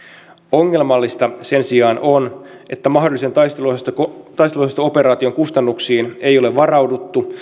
ongelmallista sen sijaan on että mahdollisen taisteluosasto operaation kustannuksiin ei ole varauduttu